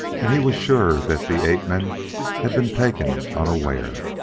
and he was sure that the ape-men had been taken unaware.